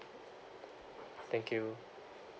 thank you